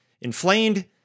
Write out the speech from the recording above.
inflamed